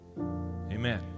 amen